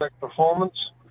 performance